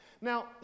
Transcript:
Now